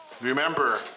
Remember